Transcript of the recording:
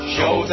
Show